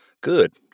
Good